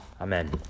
Amen